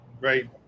Right